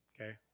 Okay